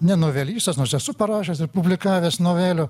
ne novelistas nors esu parašęs ir publikavęs novelių